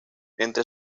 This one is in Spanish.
entre